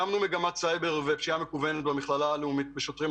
הקמנו מגמת סייבר ופשיעה מקוונת במכללה הלאומית לשוטרים.